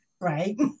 Right